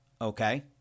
Okay